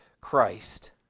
Christ